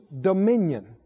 dominion